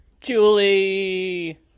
julie